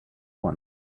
one